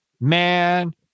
man